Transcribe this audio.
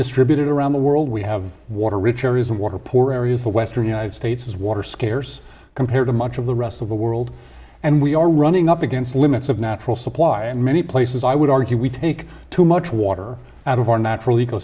distributed around the world we have water rich areas water poor areas the western united states is water scarce compared to much of the rest of the world and we are running up against the limits of natural supply in many places i would argue we take too much water out of our natural e